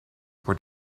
were